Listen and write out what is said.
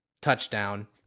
Touchdown